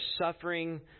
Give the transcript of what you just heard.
suffering